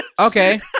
Okay